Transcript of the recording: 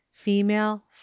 female